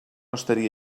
estaria